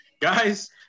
Guys